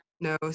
no